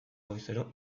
goizero